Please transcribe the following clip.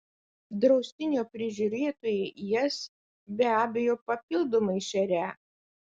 draustinio prižiūrėtojai jas be abejo papildomai šerią